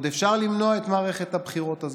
עוד אפשר למנוע את מערכת הבחירות הזאת,